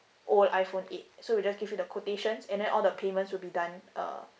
old iPhone eight so we'll just give you the quotations and then all the payment to be done uh